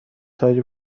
تاج